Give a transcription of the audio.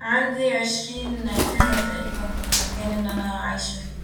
عندي عشرين نافذة تقريبا في المكان اللي أنا عايشه فيه